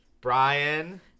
Brian